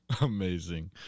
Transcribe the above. amazing